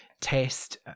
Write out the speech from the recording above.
test